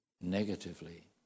negatively